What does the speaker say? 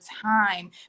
time